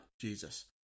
Jesus